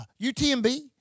UTMB